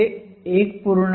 हे 1